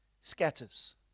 scatters